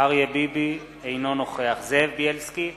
אינו נוכח זאב בילסקי,